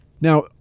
Now